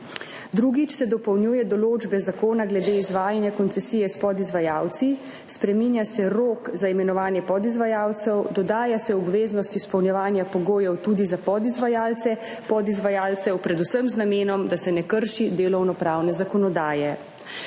Drugič se dopolnjuje določbe zakona glede izvajanja koncesije s podizvajalci, spreminja se rok za imenovanje podizvajalcev, dodaja se obveznost izpolnjevanja pogojev tudi za podizvajalce podizvajalcev, predvsem z namenom, da se ne krši delovnopravne zakonodaje.